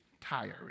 tiring